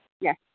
Yes